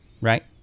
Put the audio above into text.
Right